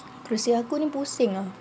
kerusi aku ni pusing ah